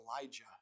Elijah